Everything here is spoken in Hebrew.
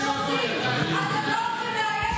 אתם תצאו על כולם.